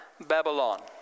Babylon